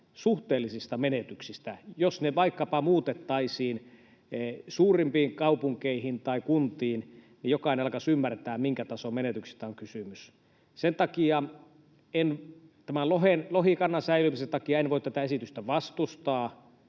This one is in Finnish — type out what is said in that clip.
suhteellisista menetyksistä. Jos ne vaikkapa muutettaisiin suurimpiin kaupunkeihin tai kuntiin, niin jokainen alkaisi ymmärtää, minkä tason menetyksistä on kysymys. Tämän lohikannan säilymisen takia en voi tätä esitystä vastustaa,